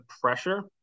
pressure